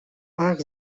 ach